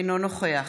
אינו נוכח